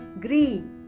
green